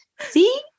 See